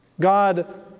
God